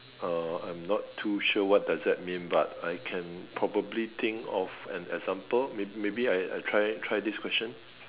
uh I'm not too sure what does that mean but I can probably think of an example maybe maybe I I try try this question